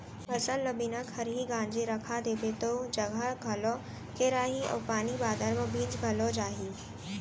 फसल ल बिना खरही गांजे रखा देबे तौ जघा घलौ घेराही अउ पानी बादर म भींज घलौ जाही